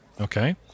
okay